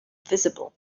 visible